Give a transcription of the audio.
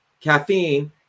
caffeine